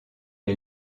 est